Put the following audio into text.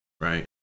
right